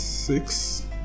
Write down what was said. Six